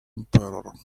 emperor